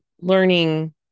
learning